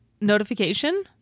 notification